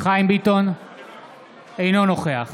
אינו נוכח